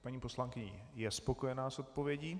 Paní poslankyně je spokojená s odpovědí?